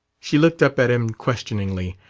she looked up at him questioningly.